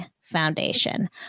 foundation